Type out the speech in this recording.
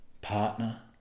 partner